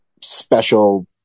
special